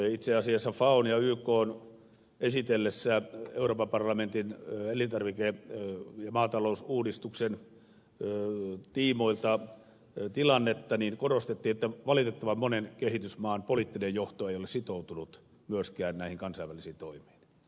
itse asiassa faon ja ykn esitellessä euroopan parlamentin elintarvike ja maatalousuudistuksen tiimoilta tilannetta korostettiin että valitettavan monen kehitysmaan poliittinen johto ei ole sitoutunut myöskään näihin kansainvälisiin toimiin